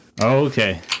Okay